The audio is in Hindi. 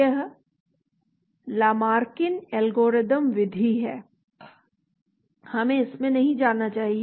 यह लामार्किन एल्गोरिथ्म विधि है हमें इसमें नहीं जाना चाहिए